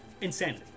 Insanity